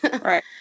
Right